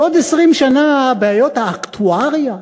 בעוד 20 שנה בעיות האקטואריה,